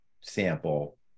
sample